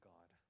God